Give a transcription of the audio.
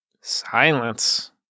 silence